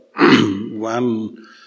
one